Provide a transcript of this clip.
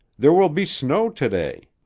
there will be snow to-day.